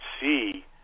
see